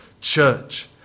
church